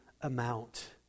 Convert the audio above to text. amount